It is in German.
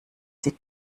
die